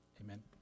Amen